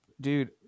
Dude